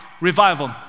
revival